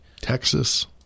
Texas